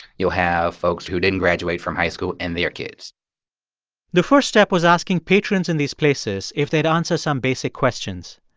you'll have folks who didn't graduate from high school and their kids the first step was asking patrons in these places if they'd answer some basic questions.